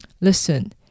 Listen